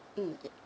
mm ya